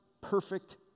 perfect